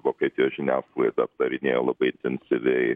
vokietijos žiniasklaida aptarinėjo labai intensyviai